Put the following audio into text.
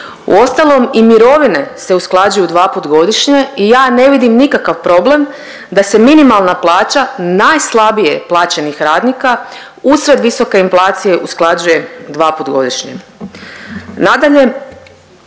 uostalom i mirovine se usklađuju dva put godišnje i ja ne vidim nikakav problem da se minimalna plaća najslabije plaćenih radnika usred visoke inflacije usklađuje dva put godišnje. Nadalje,